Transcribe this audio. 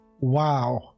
Wow